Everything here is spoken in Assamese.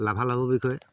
লাভালাভৰ বিষয়ে